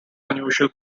unusual